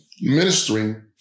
ministering